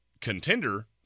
contender